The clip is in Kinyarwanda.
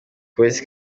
polisi